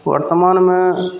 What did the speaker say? वर्तमानमे